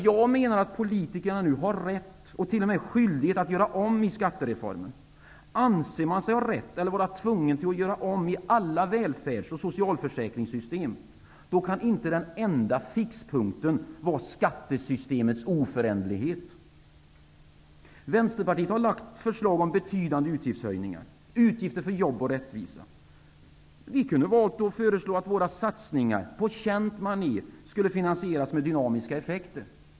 Jag menar att politikerna har rätt, ja till och med skyldighet, att göra om i skattereformen. Anser man sig ha rätt eller vara tvungen till att göra om i alla välfärds och socialförsäkringssystem, kan inte den enda fixpunkten vara skattesystemet oföränderlighet. Vänsterpartiet har lagt fram förslag om betydande utgiftshöjningar. Det är utgifter för jobb och rättvisa. Vi kunde valt att föreslå att våra satsningar på känt manér skulle finansieras med dynamiska effekter.